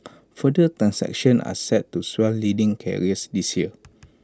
further transactions are set to swell leading carriers this year